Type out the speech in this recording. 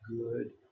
good